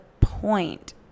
point